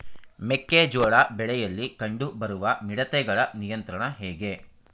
ಮೆಕ್ಕೆ ಜೋಳ ಬೆಳೆಯಲ್ಲಿ ಕಂಡು ಬರುವ ಮಿಡತೆಗಳ ನಿಯಂತ್ರಣ ಹೇಗೆ?